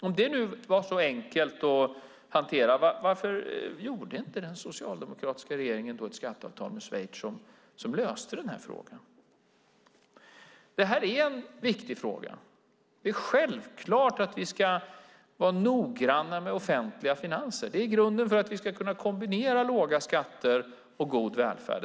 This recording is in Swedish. Om det nu var så enkelt, varför gjorde inte den socialdemokratiska regeringen ett skatteavtal med Schweiz som löste den här frågan? Det är en viktig fråga. Det är självklart att vi ska vara noggranna med offentliga finanser. Det är grunden för att vi ska kunna kombinera låga skatter med en god välfärd.